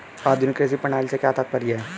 आधुनिक कृषि प्रणाली से क्या तात्पर्य है?